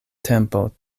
tempo